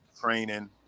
training